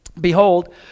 Behold